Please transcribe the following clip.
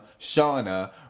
Shauna